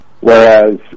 Whereas